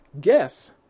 Guess